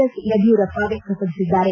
S Yediyurappa ವ್ಯಕ್ತಪಡಿಸಿದ್ದಾರೆ